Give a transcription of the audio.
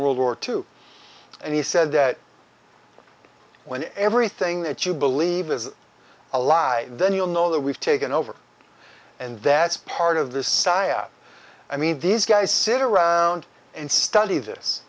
world war two and he said that when everything that you believe is a lie then you'll know that we've taken over and that's part of the sad i mean these guys sit around and study this